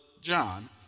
John